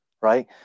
right